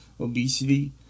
obesity